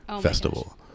Festival